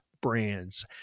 brands